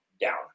down